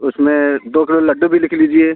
उसमें दो सर लड्डू भी लिख लीजिए